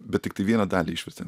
bet tiktai vieną dalį išvertėm